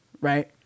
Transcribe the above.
right